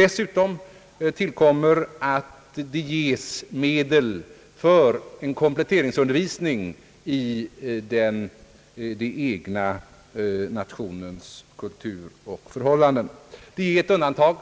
Dessutom tillkommer att medel ställs till förfogande för kompletteringsundervisning om den kultur och de förhållanden som råder för de aktuella nationaliteterna. Det finns ett undantag